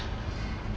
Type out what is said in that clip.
not from India